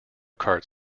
kart